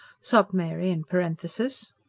sobbed mary in parenthesis.